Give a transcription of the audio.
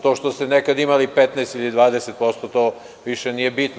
To što ste nekad imali 15 ili 20% to više nije bitno.